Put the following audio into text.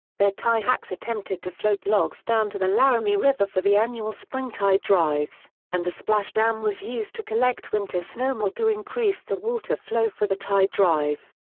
there tie hacks attempted to float logs down to the laramie river for the annual spring tie drives, and the splash dam was used to collect winter snowmelt to increase the water flow for the tie drive.